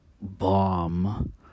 bomb